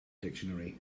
dictionary